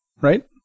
right